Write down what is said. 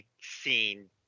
scene